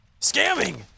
scamming